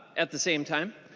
at the same time.